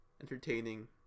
entertaining